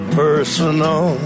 personal